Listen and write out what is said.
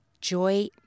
joy